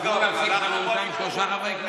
"חקיקה בתחום הכשרות לטובת יצירת תחרות בין גופי כשרות